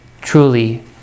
truly